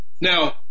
Now